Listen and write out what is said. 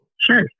Sure